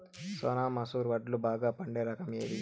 సోనా మసూర వడ్లు బాగా పండే రకం ఏది